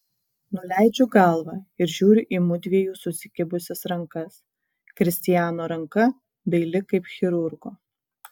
nuleidžiu galvą ir žiūriu į mudviejų susikibusias rankas kristiano ranka daili kaip chirurgo